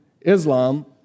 Islam